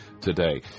today